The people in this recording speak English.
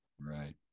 Right